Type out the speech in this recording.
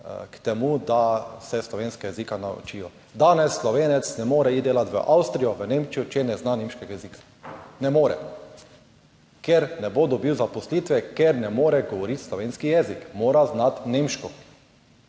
k temu, da se slovenskega jezika naučijo. Danes Slovenec ne more iti delati v Avstrijo, v Nemčijo, če ne zna nemškega jezika. Ne more, ker ne bo dobil zaposlitve, ker ne more govoriti slovenski jezik, mora znati nemško.